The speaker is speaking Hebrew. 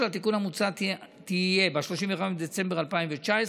התיקון המוצע תהיה ב-31 בדצמבר 2019,